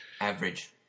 average